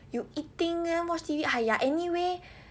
you eating then watch T_V !haiya! anyway